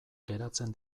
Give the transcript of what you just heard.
geratzen